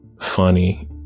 Funny